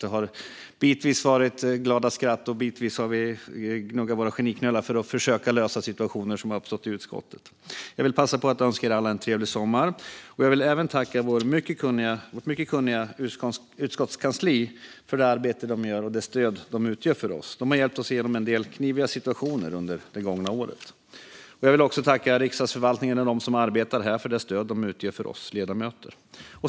Bitvis har det varit glada skatt, och bitvis har vi gnuggat våra geniknölar för att försöka lösa situationer som har uppstått i utskottet. Jag vill passa på att önska alla en trevlig sommar. Jag vill även tacka vårt mycket kunniga utskottskansli för det arbete de gör och det stöd de utgör för oss. De har hjälpt oss igenom en del kniviga situationer under det gångna året. Jag vill också tacka Riksdagsförvaltningen och dem som arbetar här för det stöd som de utgör för oss ledamöter.